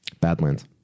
Badlands